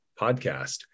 podcast